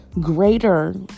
greater